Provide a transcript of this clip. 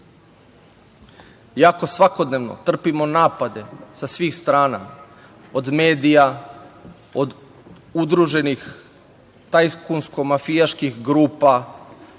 svakodnevno trpimo napade sa svih strana od medija, od udruženih tajkunsko-mafijaških grupa,